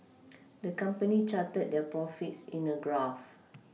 the company charted their profits in a graph